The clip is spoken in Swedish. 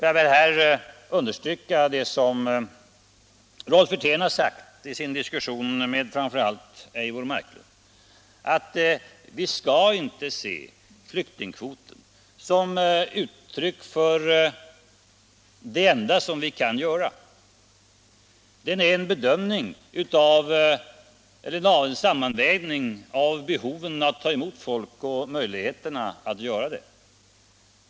Jag vill här understryka vad Rolf Wirtén sade i sin diskussion med framför allt Eivor Marklund, nämligen att vi inte skall se flyktingkvoten som ett uttryck för det enda som vi kan göra. Den är en sammanvägning av behovet att ta emot folk och möjligheterna att göra det.